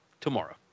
tomorrow